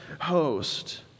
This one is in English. host